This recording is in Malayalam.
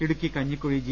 ഇടുക്കി കഞ്ഞിക്കുഴി ജി